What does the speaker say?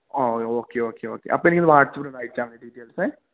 ആ okay okay okay അപ്പൊ എനിക്ക് അത് വാട്സപ്പിൽ ഒന്ന് അയച്ചാ മതി ഡീറ്റെയിൽസേ